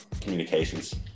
Communications